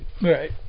Right